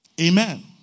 Amen